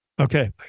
okay